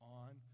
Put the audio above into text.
on